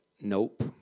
nope